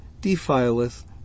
defileth